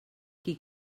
qui